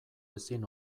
ezin